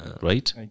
right